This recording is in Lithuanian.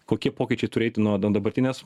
kokie pokyčiai turi eit nuo dan dabartinės